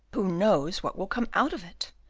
who knows what will come out of it?